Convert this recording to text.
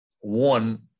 one